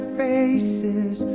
faces